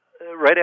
right